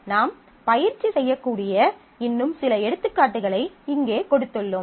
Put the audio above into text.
நாம் பயிற்சி செய்யக்கூடிய இன்னும் சில எடுத்துக்காட்டுகளை இங்கே கொடுத்துள்ளோம்